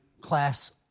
class